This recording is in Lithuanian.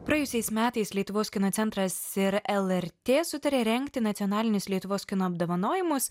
praėjusiais metais lietuvos kino centras ir lrt sutarė rengti nacionalinius lietuvos kino apdovanojimus